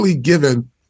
given